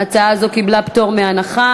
הוועדה המוסמכת לדון בהצעת חוק זו היא ועדת החוקה,